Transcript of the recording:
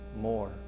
more